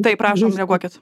taip prašom reaguokit